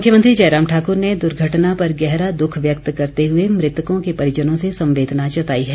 मुरव्यमंत्री जयराम ठाकुर ने दुर्घटना पर गहरा दुख व्यक्त करते हुए मृतकों के परिजनों से संवेदना जताई है